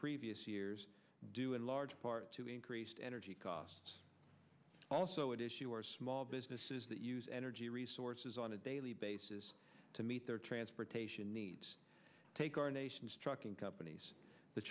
previous years due in large part to increased energy costs also at issue are small businesses that use energy resources on a daily basis to meet their transportation needs take our nation's trucking companies the